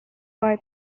boy